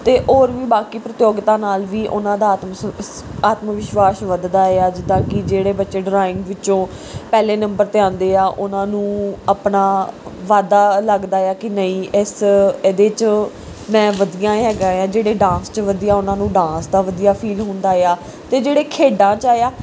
ਅਤੇ ਹੋਰ ਵੀ ਬਾਕੀ ਪ੍ਰਤਿਯੋਗਤਾ ਨਾਲ ਵੀ ਉਹਨਾਂ ਦਾ ਆਤਮ ਸ ਆਤਮ ਵਿਸ਼ਵਾਸ ਵਧਦਾ ਹੈ ਜਿੱਦਾਂ ਕਿ ਜਿਹੜੇ ਬੱਚੇ ਡਰਾਇੰਗ ਵਿੱਚੋਂ ਪਹਿਲੇ ਨੰਬਰ 'ਤੇ ਆਉਂਦੇ ਆ ਉਹਨਾਂ ਨੂੰ ਆਪਣਾ ਵਾਧਾ ਲੱਗਦਾ ਆ ਕਿ ਨਹੀਂ ਇਸ ਇਹਦੇ 'ਚ ਮੈਂ ਵਧੀਆ ਹੈਗਾ ਆ ਜਿਹੜੇ ਡਾਂਸ 'ਚ ਵਧੀਆ ਉਹਨਾਂ ਨੂੰ ਡਾਂਸ ਦਾ ਵਧੀਆ ਫੀਲ ਹੁੰਦਾ ਆ ਅਤੇ ਜਿਹੜੇ ਖੇਡਾਂ 'ਚ ਆਏ ਆ